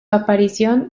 aparición